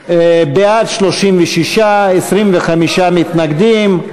בעד, 36, 25 מתנגדים.